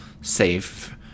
safe